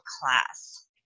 class